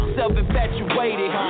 self-infatuated